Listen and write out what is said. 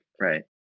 Right